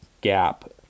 gap